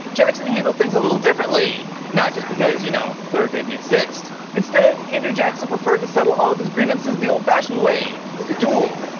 jackson handled things a little differently, not just because, you know, twitter didn't exist. instead, andrew jackson preferred to settle all of his grievances the old-fashioned way, with a duel.